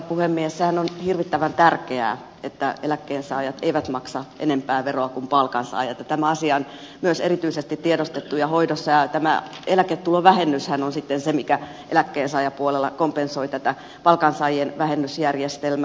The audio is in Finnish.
sehän on hirvittävän tärkeää että eläkkeensaajat eivät maksa enempää veroa kuin palkansaajat ja tämä asia on myös erityisesti tiedostettu ja hoidossa ja tämä eläketulovähennyshän on sitten se joka eläkkeensaajapuolella kompensoi tätä palkansaajien vähennysjärjestelmää